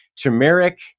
turmeric